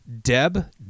Deb